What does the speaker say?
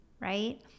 right